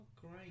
great